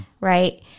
Right